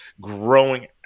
growing